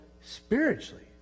spiritually